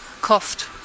coughed